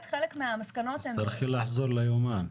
תצטרכי לחפש ביומנים.